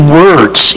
words